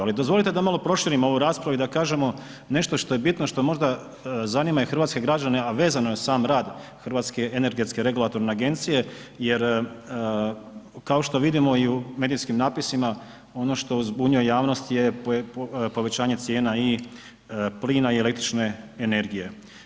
Ali dozvolite da malo proširim ovu raspravu i da kažemo nešto što je bitno, što možda zanima i hrvatske građane, a vezano je uz sam rad Hrvatske energetske regulatorne agencije jer kao što vidimo i u medijskim napisima, ono što zbunjuje javnost je povećanje cijena i plina i električne energije.